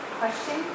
question